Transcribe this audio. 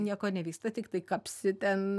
nieko nevyksta tiktai kapsi ten